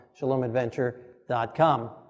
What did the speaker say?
shalomadventure.com